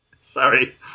Sorry